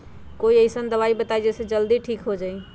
कोई अईसन दवाई बताई जे से ठीक हो जई जल्दी?